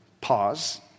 pause